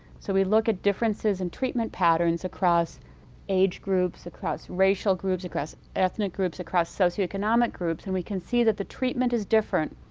so we look at differences in treatment patterns across age groups, across racial groups, across ethnic groups, across socioeconomic groups and we can see that the treatment is different,